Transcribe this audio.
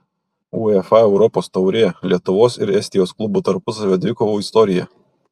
uefa europos taurė lietuvos ir estijos klubų tarpusavio dvikovų istorija